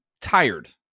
tired